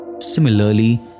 Similarly